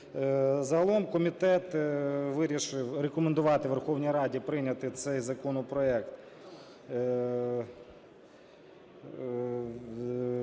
Загалом комітет вирішив рекомендувати Верховній Раді прийняти цей законопроект